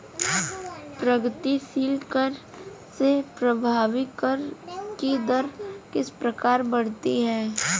प्रगतिशील कर से प्रभावी कर की दर किस प्रकार बढ़ती है?